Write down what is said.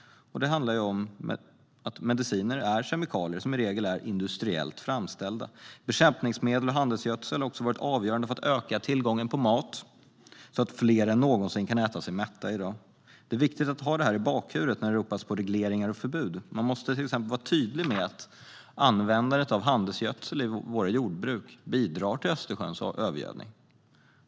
Och mediciner är kemikalier, som i regel är industriellt framställda. Bekämpningsmedel och handelsgödsel har varit avgörande för att öka tillgången på mat så att fler än någonsin kan äta sig mätta. Det är viktigt att ha det här i bakhuvudet när det ropas efter regleringar och förbud. Man måste till exempel vara tydlig med att användandet av handelsgödsel i vårt jordbruk bidrar till Östersjöns övergödning.